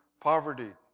poverty